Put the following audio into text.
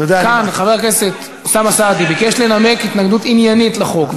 כאן חבר הכנסת אוסאמה סעדי ביקש לנמק התנגדות עניינית לחוק,